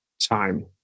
time